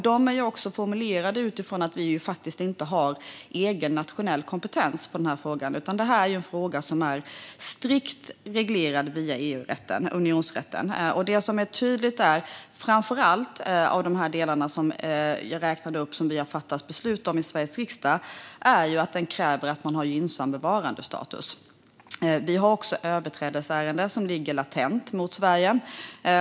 De är också formulerade utifrån att vi faktiskt inte har egen nationell kompetens i den här frågan, Det här är en fråga som är strikt reglerad via EU-rätten, unionsrätten. Det som är tydligt är att den kräver att man har gynnsam bevarandestatus. Detta framgår också av allt det som jag räknade upp och som vi har fattat beslut om i Sveriges riksdag. Vi har också ett latent liggande överträdelseärende mot Sverige.